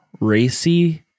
racy